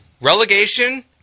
relegation